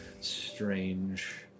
strange